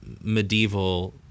medieval